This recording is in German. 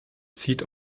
zieht